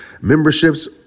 memberships